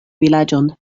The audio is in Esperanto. vilaĝon